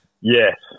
Yes